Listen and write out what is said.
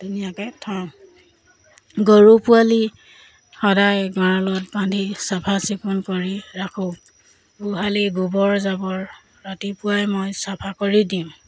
ধুনীয়াকৈ থওঁ গৰু পোৱালি সদায় গঁৰালত বান্ধি চাফ চিকুণ কৰি ৰাখোঁ গোহালি গোবৰ জাবৰ ৰাতিপুৱাই মই চফা কৰি দিওঁ